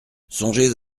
songez